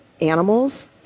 animals